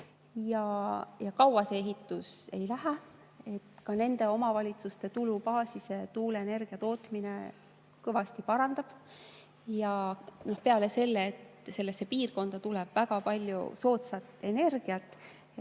Kaua selle ehitusega ei lähe, nii et ka nende omavalitsuste tulubaasi see tuuleenergia tootmine kõvasti parandab. Peale selle, et sellesse piirkonda tuleb väga palju soodsat energiat,